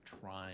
trying